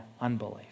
unbelief